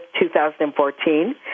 2014